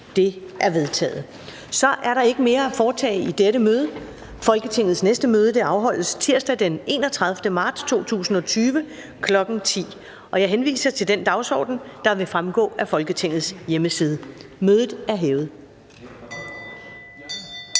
(Karen Ellemann): Der er ikke mere at foretage i dette møde. Folketingets næste møde afholdes tirsdag den 31. marts 2020, kl. 10.00. Jeg henviser til den dagsorden, der vil fremgå af Folketingets hjemmeside. Mødet er hævet.